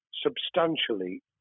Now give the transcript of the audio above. substantially